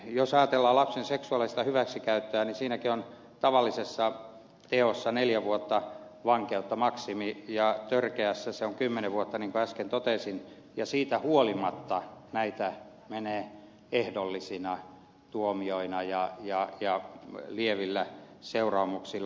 jos ajatellaan lapsen seksuaalista hyväksikäyttöä niin siinäkin on tavallisessa teossa neljä vuotta vankeutta maksimi ja törkeässä se on kymmenen vuotta niin kuin äsken totesin ja siitä huolimatta näitä menee ehdollisina tuomioina ja lievillä seuraamuksilla